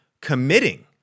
committing